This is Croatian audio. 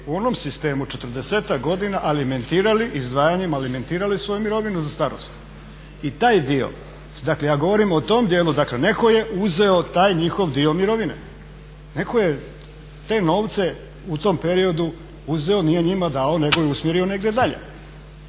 u onom sistemu četrdesetak godina alimentirali izdvajanjem, alimentirali svoju mirovinu za starost. I taj dio, dakle ja govorim o tom dijelu. Dakle, netko je uzeo taj njihov dio mirovine. Netko je te novce u tom periodu uzeo, nije njima dao nego je usmjerio negdje dalje.